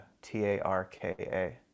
t-a-r-k-a